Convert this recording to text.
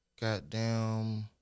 goddamn